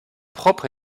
propre